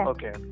Okay